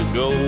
go